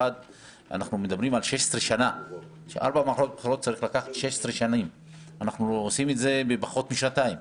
שהיו צריכות לקחת 16 שנים ואנחנו עושים את זה תוך פחות משנתיים.